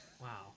Wow